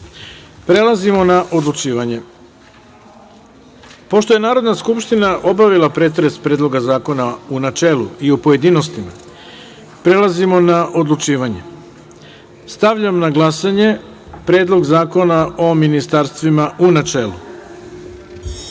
na odlučivanje. Pošto je Narodna skupština obavila pretres Predloga zakona u načelu i u pojedinostima, prelazimo na odlučivanje. Stavljam na glasanje Predlog zakona o ministarstvima, u načelu. Molim